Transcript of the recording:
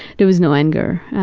there was no anger.